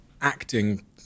acting